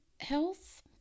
health